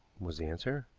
was the answer.